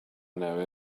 know